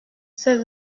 sept